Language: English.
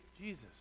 Jesus